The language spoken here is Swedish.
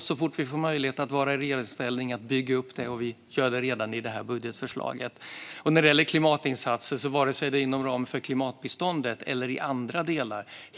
Så fort vi får möjlighet att vara i regeringsställning kommer vi att bygga upp det, och vi gör det redan i det här budgetförslaget. När det gäller klimatinsatser är det helt nödvändigt, vare sig det är inom ramen för klimatbiståndet eller i andra delar.